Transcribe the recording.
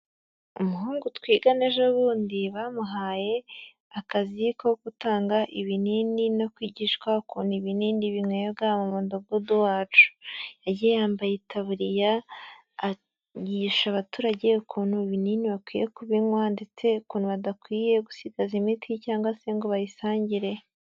Umuhungu twigana ejo bundi bamuhaye akazi ko gutanga ibinini no kwigishwa ukuntu ibinini binywebwa mu mudugudu wacu, yagiye yambaye itaburiya yigisha abaturage ukuntu ibinini bakwiye kubinywa ndetse ukuntu badakwiye gusigaza imiti cyangwa se ngo bayisangire.